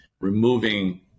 removing